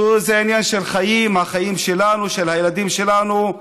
זה עניין של חיים החיים שלנו, של הילדים שלנו.